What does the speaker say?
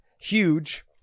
huge